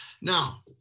Now